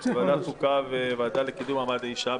של ועדת החוקה והוועדה לקידום מעמד האישה.